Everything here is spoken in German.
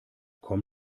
komm